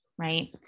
right